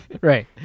right